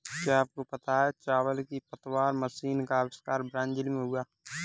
क्या आपको पता है चावल की पतवार मशीन का अविष्कार ब्राज़ील में हुआ